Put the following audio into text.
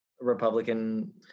republican